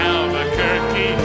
Albuquerque